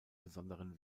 besonderen